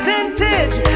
Vintage